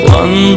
one